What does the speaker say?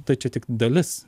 tai čia tik dalis